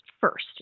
first